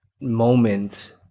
moment